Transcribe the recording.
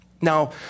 Now